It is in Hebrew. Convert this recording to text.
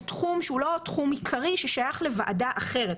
תחום שהוא לא תחום עיקרי ששייך לוועדה אחרת.